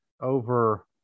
over